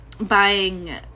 buying